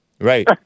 Right